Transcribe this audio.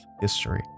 history